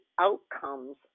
outcomes